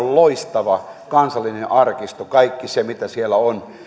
on loistava kansallinen arkisto kaikki se mitä siellä on